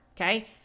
okay